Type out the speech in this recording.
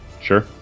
Sure